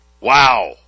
Wow